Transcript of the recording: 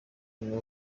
nibo